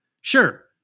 Sure